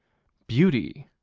beauty,